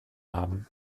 haben